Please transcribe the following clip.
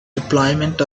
deployment